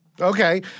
Okay